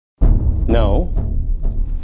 No